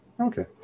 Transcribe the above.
Okay